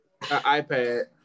iPad